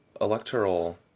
electoral